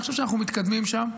אני חושב שאנחנו מתקדמים שם.